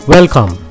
Welcome